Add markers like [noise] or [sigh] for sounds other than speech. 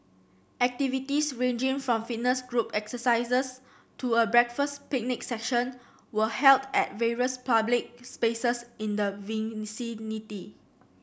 activities ranging from fitness group exercises to a breakfast picnic session were held at various public spaces in the [unintelligible]